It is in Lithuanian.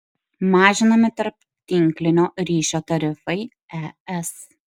mažinami tarptinklinio ryšio tarifai es